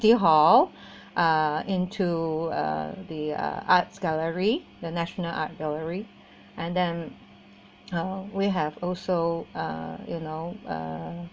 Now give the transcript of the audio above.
the hall uh into uh they are arts gallery the national art gallery and then uh we have also uh you know uh